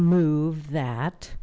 move that